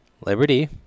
Liberty